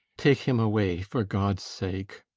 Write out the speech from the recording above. take him away for god's sake!